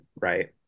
right